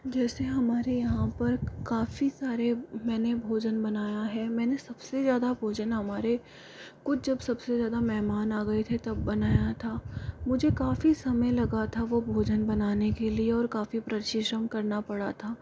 जैसे हमारे यहाँ पर काफी सारे मैंने भोजन बनाया है मैंने सबसे ज़्यादा भोजन हमारे कुछ जब सबसे ज़्यादा मेहमान आ गए थे तब बनाया था मुझे काफी समय लगा था वह भोजन बनाने के लिए और काफ़ी परिश्रम करना पड़ा था